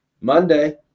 Monday